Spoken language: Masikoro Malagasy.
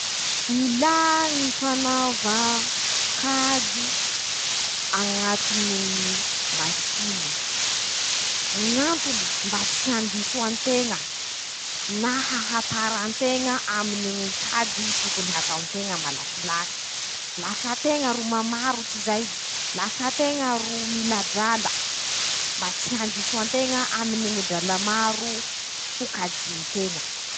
Ilà ñy fanavaa kajy, añatiny ñy masiny, ñ'antony: -Mba tsy handiso anteña, na ahatara anteña aminy ñy kajy tokony hatao nteña malakilaky, lafa teña ro mamarotsy zay, lafa teña ro mila drala, mba tsy andiso anteña aminy ñy drala maro, ho kajinteña.